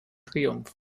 triumph